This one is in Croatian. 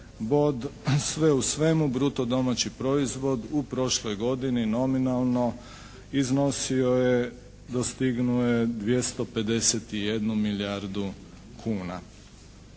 Sve u svemu, bruto domaći proizvod u prošloj godini nominalno iznosio je, dostignuo je 251 milijardu kuna.